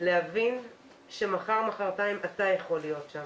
ולהבין שמחר או מוחרתיים אתה יכול להיות שם.